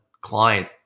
client